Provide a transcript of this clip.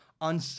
on